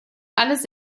alles